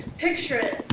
picture it